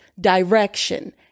direction